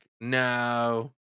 no